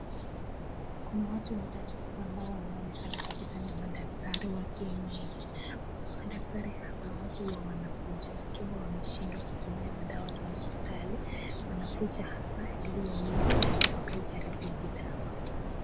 Kuna watu watatu hapa ambao wanaonekana kwa picha kuwa ni madaktari wa kienyeji, madaktari hapa watu huwa wanakuja wakiwa wameshindwa kutumia madawa za hospitali, wanakuja hapa ili waweze wakajaribu hizi dawa.